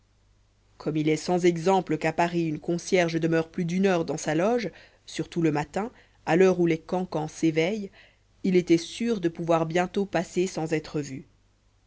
comme il est sans exemple qu'à paris une concierge demeure plus d'une heure dans sa loge surtout le matin à l'heure où les cancans s'éveillent il était sûr de pouvoir bientôt passer sans être vu